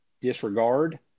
disregard